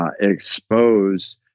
expose